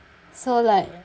so like